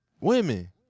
Women